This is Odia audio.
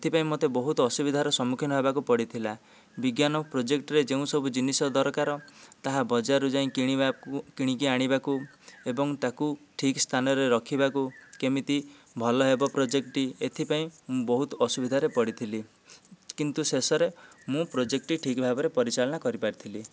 ଏଥିପାଇଁ ମୋତେ ବହୁତ ଅସୁବିଧାର ସମ୍ମୁଖୀନ ହେବାକୁ ପଡ଼ିଥିଲା ବିଜ୍ଞାନ ପ୍ରୋଜେକ୍ଟରେ ଯେଉଁ ସବୁ ଜିନିଷ ଦରକାର ତାହା ବଜାରରୁ ଯାଇ କିଣିକି ଆଣିବାକୁ ଏବଂ ତାକୁ ଠିକ ସ୍ଥାନରେ ରଖିବାକୁ କେମିତି ଭଲ ହେବ ପ୍ରୋଜେକ୍ଟଟି ଏଥିପାଇଁ ମୁଁ ବହୁତ ଅସୁବିଧାରେ ପଡ଼ିଥିଲି କିନ୍ତୁ ଶେଷରେ ମୁଁ ପ୍ରୋଜେକ୍ଟଟି ଠିକ ଭାବେ ପରିଚାଳନା କରିପାରିଥିଲି